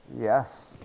Yes